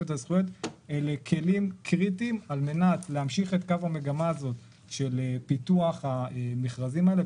אלה כלים קריטיים על מנת להמשיך את קו המגמה הזה של פיתוח המכרזים האלה,